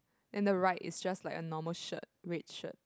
then the right is just like a normal shirt red shirt